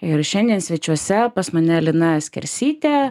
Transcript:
ir šiandien svečiuose pas mane lina skersytė